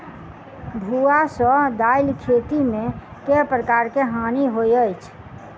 भुआ सँ दालि खेती मे केँ प्रकार केँ हानि होइ अछि?